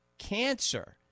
cancer